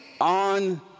On